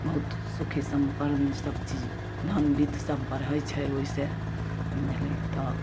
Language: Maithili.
बहुत सुखी सम्पन्न सबचीज धन बीतसब बढ़ै छै ओहिसँ बुझलिए तऽ